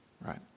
right